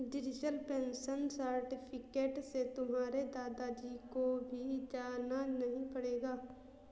digital pension certificate से तुम्हारे दादा जी को भी जाना नहीं पड़ेगा